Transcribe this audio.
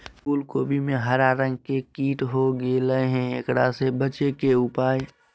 फूल कोबी में हरा रंग के कीट हो गेलै हैं, एकरा से बचे के उपाय?